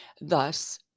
thus